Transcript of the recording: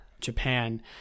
Japan